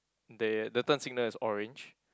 they the turn signal is orange